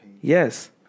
Yes